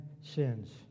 sins